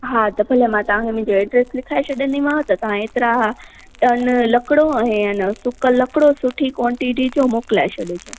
हा त भले मां तव्हांखे मुंहिंजो एड्रेस लिखाए छॾंदीमांव त तव्हां हेतिरा टन लकिड़ो ऐं अन सुकल लकिड़ो सुठी कॉंटिटी जो मोकिलाए छॾिजो